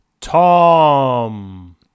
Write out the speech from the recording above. tom